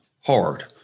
hard